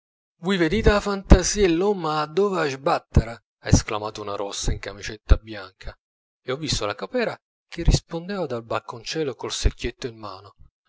vedite a fantasia e l'ommo addò va a sbattere ha esclamato una rossa in camicetta bianca e ho visto la capera che rispondeva dal balconcello col secchietto in mano